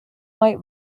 white